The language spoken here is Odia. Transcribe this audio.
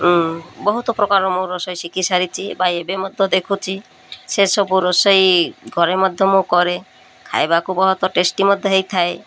ବହୁତ ପ୍ରକାର ମୁଁ ରୋଷେଇ ଶିଖି ସାରିଛି ବା ଏବେ ମଧ୍ୟ ଦେଖୁଛି ସେସବୁ ରୋଷେଇ ଘରେ ମଧ୍ୟ ମୁଁ କରେ ଖାଇବାକୁ ବହୁତ ଟେଷ୍ଟି ମଧ୍ୟ ହେଇଥାଏ